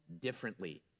differently